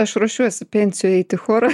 aš ruošiuosi pensijoj eit į chorą